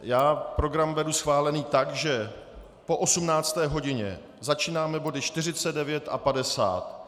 Já program beru schválený tak, že po 18. hodině začínáme body 49 a 50.